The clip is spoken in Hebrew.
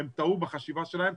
הם טעו בחשיבה שלהם.